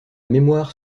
mémoire